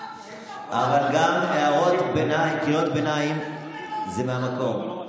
אבל גם קריאות ביניים זה מהמקום.